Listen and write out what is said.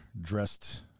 dressed